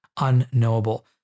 unknowable